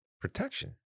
protection